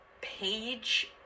page